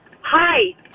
Hi